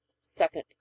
second